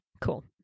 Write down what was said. Cool